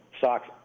socks